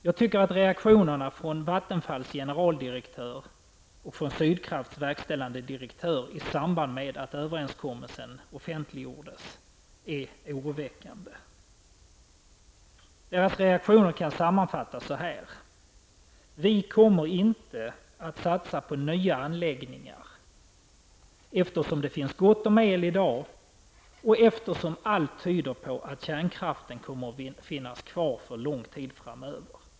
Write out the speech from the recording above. Jag tycker att reaktionerna från Vattenfalls generaldirektör och Sydkrafts verkställande direktör, i samband med att överenskommelsen offentliggjordes , är oroväckande. Reaktionerna kan sammanfattas så här: Vi kommer inte att satsa på nya anläggningar, eftersom det finns gott om el och eftersom allt tyder på att kärnkraften kommer att finnas kvar för lång tid framöver.